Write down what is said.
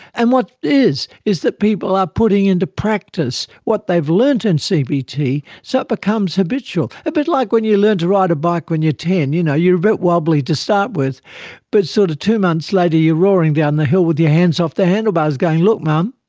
and what it is is that people are putting into practice what they've learnt in and cbt so it becomes habitual, a bit like when you learn to ride a bike when you're ten, you know, you're a bit wobbly to start with but sort of two months later you're roaring down the hill with your hands off the handlebars going look mum.